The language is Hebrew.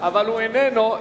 אבל הוא איננו.